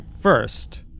First